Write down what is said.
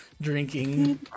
drinking